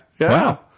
Wow